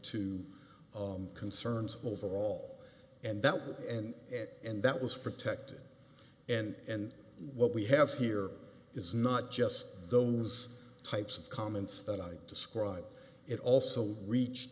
to concerns overall and that was in it and that was protected and what we have here is not just those types of comments that i describe it also reached